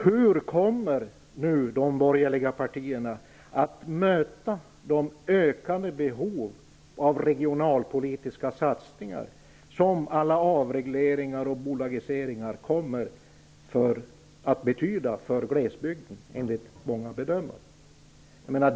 Hur kommer de borgerliga partierna att möta de ökande behoven av regionalpolitiska satsningar som alla avregleringar och bolagiseringar kommer att leda till för glesbygden enligt många bedömare?